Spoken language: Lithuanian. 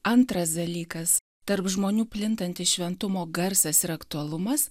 antras dalykas tarp žmonių plintantis šventumo garsas ir aktualumas